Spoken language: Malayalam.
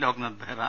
ലോക്നാഥ് ബൈഹ്റ